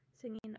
singing